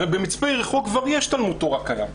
הרי במצפה יריחו כבר יש תלמוד תורה קיים.